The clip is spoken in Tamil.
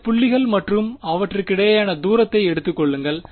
2 புள்ளிகள் மற்றும் அவற்றுக்கிடையேயான தூரத்தை எடுத்துக் கொள்ளுங்கள்